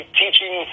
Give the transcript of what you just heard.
teaching